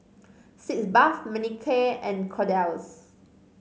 Sitz Bath Manicare and Kordel's